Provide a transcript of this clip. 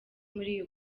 muri